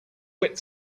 wet